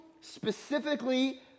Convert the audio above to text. specifically